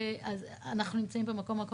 אנחנו נמצאים באותו מקום.